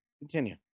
Continue